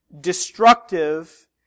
destructive